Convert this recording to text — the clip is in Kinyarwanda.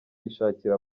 yishakira